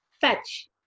fetch